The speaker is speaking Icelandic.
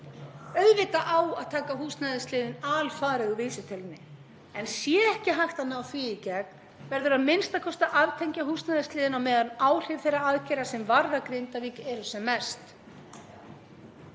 Auðvitað á að taka húsnæðisliðinn alfarið úr vísitölunni, en sé ekki hægt að ná því gegn verður a.m.k. að aftengja húsnæðisliðinn á meðan áhrif þeirra aðgerða sem varða Grindavík eru sem mest.